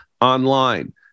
online